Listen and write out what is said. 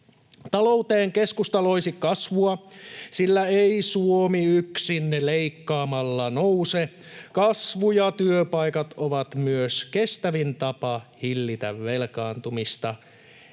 Talouteen keskusta loisi kasvua, sillä ei Suomi yksin leikkaamalla nouse. Kasvu ja työpaikat ovat myös kestävin tapa hillitä velkaantumista.